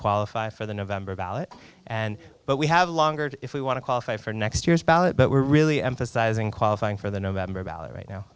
qualify for the november ballot and but we have longer if we want to qualify for next year's ballot but we're really emphasizing qualifying for the november ballot right now